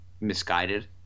misguided